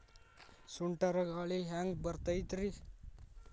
ಸುಂಟರ್ ಗಾಳಿ ಹ್ಯಾಂಗ್ ಬರ್ತೈತ್ರಿ?